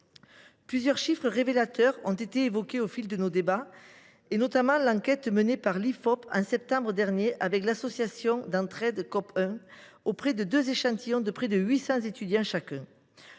Plusieurs chiffres révélateurs ont été évoqués au fil de nos débats, notamment l’enquête menée par l’Ifop en septembre dernier avec l’association d’entraide Cop 1 auprès de deux échantillons de près de 800 étudiants chacun,